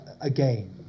again